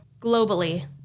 globally